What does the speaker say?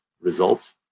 results